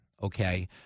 Okay